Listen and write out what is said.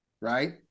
right